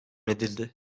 edildi